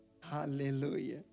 Hallelujah